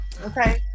Okay